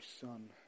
Son